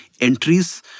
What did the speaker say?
entries